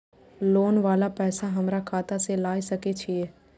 Loan वाला पैसा हमरा खाता से लाय सके छीये?